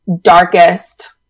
darkest